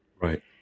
Right